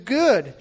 good